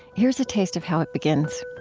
here's a taste of how it begins